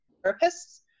therapists